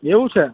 એવું છે